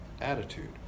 attitude